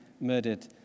murdered